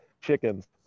chickens